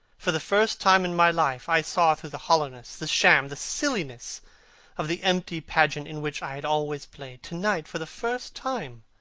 for the first time in my life, i saw through the hollowness, the sham, the silliness of the empty pageant in which i had always played. to-night, for the first time,